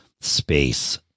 space